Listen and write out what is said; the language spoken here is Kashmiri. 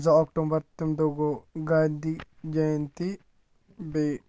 زٕ اکٹومبر تَمہِ دۄہ گوٚو گاندھی جینتی بیٚیہِ